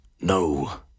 No